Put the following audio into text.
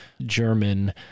German